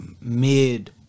mid